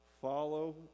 Follow